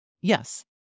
Yes